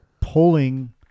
pulling